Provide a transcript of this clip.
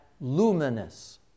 luminous